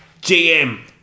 GM